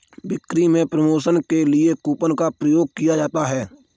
बिक्री में प्रमोशन के लिए कूपन का प्रयोग किया जाता है